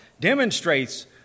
demonstrates